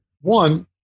One